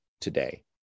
today